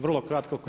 Vrlo kratko.